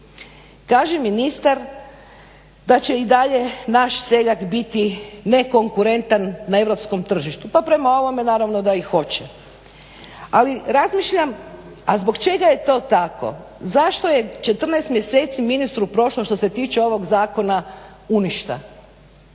Kaže ministar da će i dalje naš seljak biti nekonkurentan na europskom tržištu. Pa prema ovome naravno da i hoće. Ali, razmišljam a zbog čega je to tako, zašto je 14 mjeseci ministru prošlo što se tiče ovog zakona u ništa?